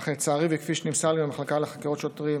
אך לצערי וכפי שנמסר לי מהמחלקה לחקירות שוטרים,